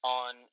on